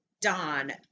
Don